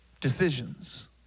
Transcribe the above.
Decisions